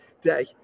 day